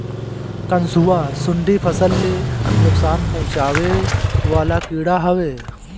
कंसुआ, सुंडी फसल ले नुकसान पहुचावे वाला कीड़ा हवे